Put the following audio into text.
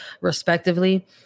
respectively